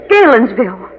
Galensville